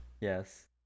Yes